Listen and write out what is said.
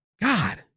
God